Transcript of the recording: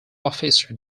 officer